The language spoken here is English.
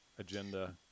Agenda